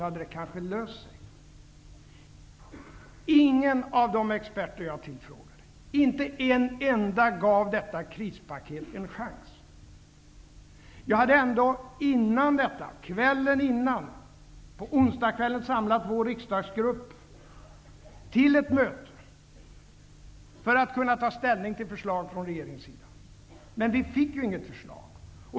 Inte en enda av de experter som jag tillfrågade gav detta krispaket en chans. Jag hade ändå kvällen före, på onsdagskvällen, samlat vår riksdagsgrupp till ett möte för att ta ställning till förslag från regeringens sida, men vi fick inget förslag.